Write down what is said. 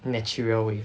natural way